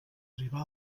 arribar